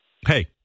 Hey